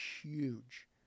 huge